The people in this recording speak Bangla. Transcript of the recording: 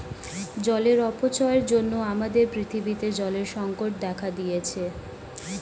জলের অপচয়ের জন্য আমাদের পৃথিবীতে জলের সংকট দেখা দিয়েছে